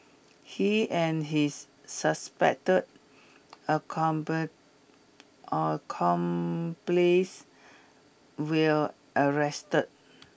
he and his suspected accomplice will arrested